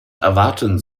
erwarten